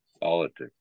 politics